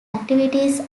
activities